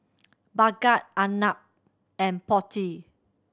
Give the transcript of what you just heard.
Bhagat Arnab and Potti